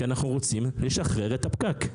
כי אנחנו רוצים לשחרר את הפקק.